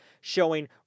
showing